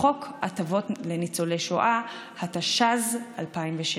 לחוק הטבות לניצולי שואה, התשס"ז 2007,